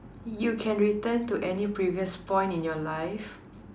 you can return to any previous point in your life